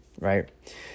right